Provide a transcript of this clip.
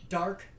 dark